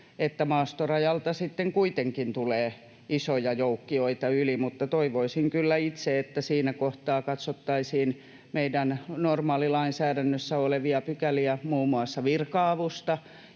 että maastorajalta sitten kuitenkin tulee isoja joukkioita yli. Mutta itse kyllä toivoisin, että siinä kohtaa katsottaisiin meidän normaalilainsäädännössämme olevia pykäliä muun muassa virka-avusta,